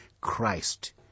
Christ